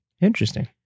Interesting